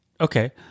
Okay